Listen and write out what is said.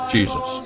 Jesus